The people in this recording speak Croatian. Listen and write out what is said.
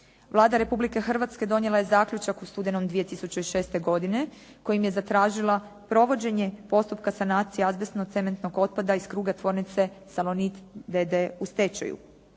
Vlada Republike Hrvatske donijela je zaključak u studenom 2006. godine kojim je zatražila provođenje postupka sanacije azbestno-cementnog otpada iz kruga tvornice “Salonit“ d.d. u stečaju.